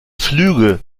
flüge